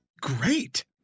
great